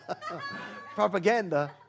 Propaganda